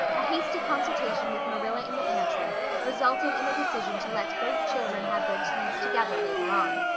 a hasty consultation with marilla in the pantry resulted in a decision to let both children have their teas together later on.